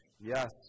Yes